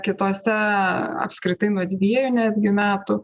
kitose apskritai nuo dviejų netgi metų